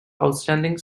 outstanding